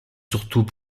surtout